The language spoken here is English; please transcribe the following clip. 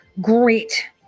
great